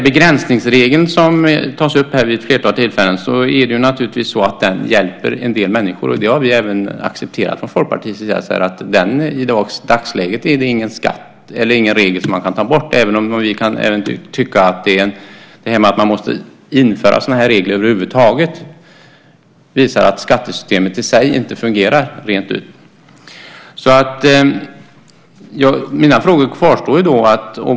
Begränsningsregeln, som tas upp här, hjälper naturligtvis en del människor. Det har vi från Folkpartiet accepterat. I dagsläget är det ingen regel som man kan ta bort. Men att man måste införa sådana regler över huvud taget visar att skattesystemet i sig inte fungerar. Mina frågor kvarstår alltså.